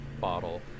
bottle